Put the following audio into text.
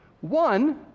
One